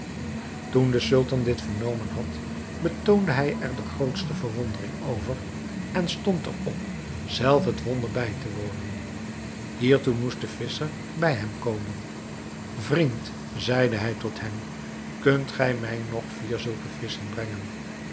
toen de sultan dit vernomen had betoonde hij er de grootste verwondering over en stond er op zelf het wonder bij te wonen hiertoe moest de visscher bij hem komen vriend zeide hij tot hem kunt gij mij nog vier zulke visschen brengen